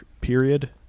period